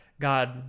God